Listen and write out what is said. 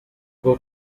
bwo